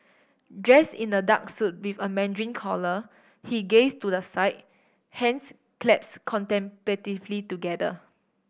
dressed in a dark suit with a mandarin collar he gazed to the side hands claps contemplatively together